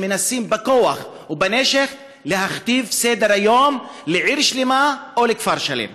שמנסים בכוח ובנשק להכתיב סדר-יום לעיר שלמה או לכפר שלם.